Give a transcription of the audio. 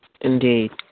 indeed